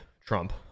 Trump